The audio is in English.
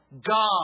God